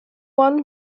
one